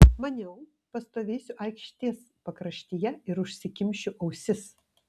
maniau pastovėsiu aikštės pakraštyje ir užsikimšiu ausis